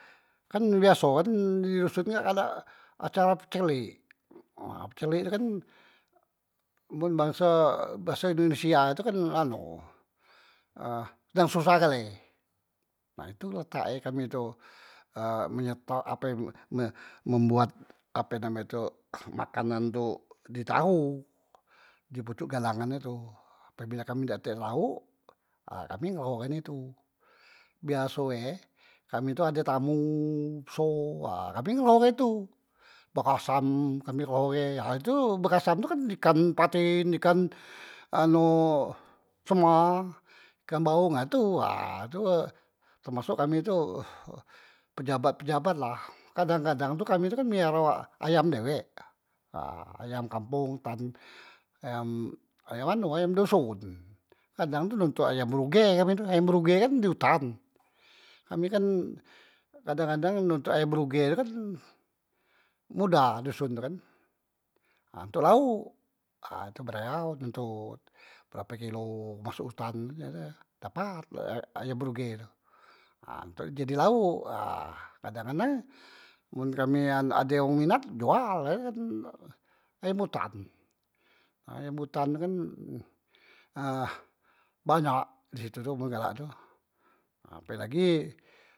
Kan biaso kan di doson kak acara pecelek, pecelek tu kan men bangso baso indonesia tu kan anu eh dang susah gale, nah itu letak e kami tu eh menyetak ape membuat ape name tu makanan di taho di pocok galangan tu, apebila kami dak katek laok ha kami ngeleho kan itu, biaso e kami tu ade tamu beso ha kami ngeleho itu, bekasam kami ngeleho e ha itu bekasam kan ikan paten, ikan anu sema, ikan baong ha tu ha tu temasok kami tu pejabat- pejabat la, kadang- kadang tu kami tu kan miaro ayam dewek ha ayam kampong tan ayam anu ayam doson, kadang tu notot ayam bruge, ayam bruge kan di utan kami kan kadang- kadang notot ayam bruge tu kan mudah doson tu kan ha ntok laok, ha tu bereon ntok berape kilo masok utan tu kan dapat ayam bruge tu, ha untok jadi laok ha kadang- kadang men kami an ade wong minat jual, ayam utan, ayam utan tu kan eh banyak disitu tu men galak tu, nah apelagi.